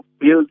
build